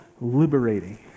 liberating